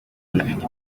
anafite